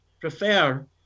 prefer